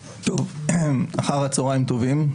אחר הצהריים טובים.